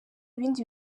ibindi